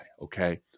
okay